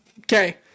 Okay